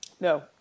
No